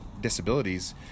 disabilities